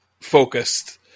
focused